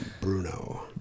Bruno